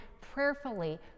prayerfully